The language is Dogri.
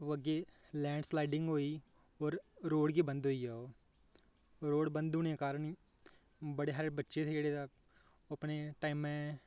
ओह् अग्गें लैंड स्लाइडिंग होई और रोड़ गै बंद होई गेआ रोड़ बंद होने कारण बड़े हारे बच्चे हे जेह्ड़े तां अपने टैमै